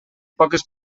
poques